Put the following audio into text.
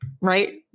right